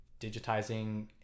digitizing